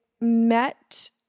met